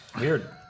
Weird